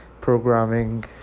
programming